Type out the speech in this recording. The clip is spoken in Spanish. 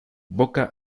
boca